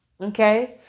okay